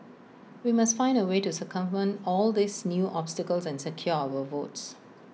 we must find A way to circumvent all these new obstacles and secure our votes